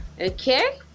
Okay